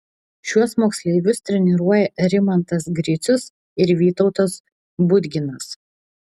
šiuos moksleivius treniruoja rimantas gricius ir vytautas budginas